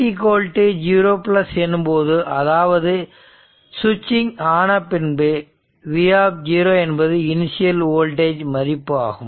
t 0 எனும்போது அதாவது சுவிட்சிங் ஆனபின்பு V என்பது இனிசியல் வோல்டேஜ் மதிப்பு ஆகும்